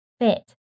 fit